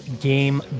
Game